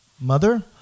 mother